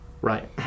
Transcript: Right